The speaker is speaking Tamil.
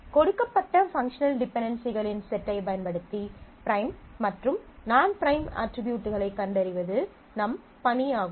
எனவே கொடுக்கப்பட்ட பங்க்ஷனல் டிபென்டென்சிகளின் செட்களைப் பயன்படுத்தி ப்ரைம் மற்றும் நான் ப்ரைம் அட்ரிபியூட்களைக் கண்டறிவது நம் பணி ஆகும்